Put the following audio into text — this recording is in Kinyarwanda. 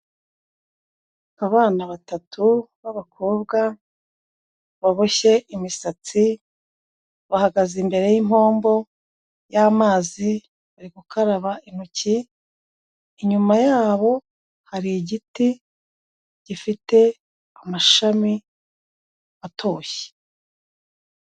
Abana batatu b'abakobwa baboshye imisatsi, bahagaze imbere y'impombo y'amazi bari gukaraba intoki, inyuma yabo hari igiti gifite amashami atoshye.